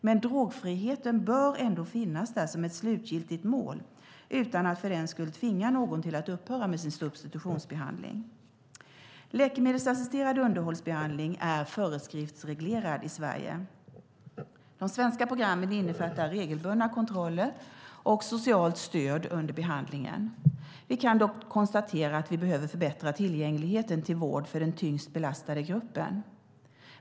Men drogfriheten bör ändå finnas där som ett slutgiltigt mål, utan att för den skull tvinga någon till att upphöra med sin substitutionsbehandling. Läkemedelsassisterad underhållsbehandling är föreskriftsreglerad i Sverige. De svenska programmen innefattar regelbundna kontroller och socialt stöd under behandlingen. Vi kan dock konstatera att vi behöver förbättra tillgängligheten till vård för den tyngst belastade gruppen.